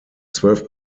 zwölf